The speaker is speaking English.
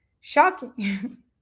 shocking